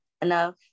enough